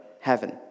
heaven